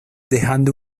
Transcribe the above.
dejando